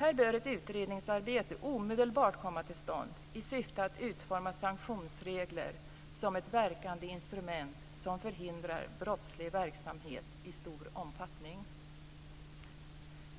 Här bör ett utredningsarbete omedelbart komma till stånd i syfte att utforma sanktionsregler som ett verkande instrument som förhindrar brottslig verksamhet i stor omfattning.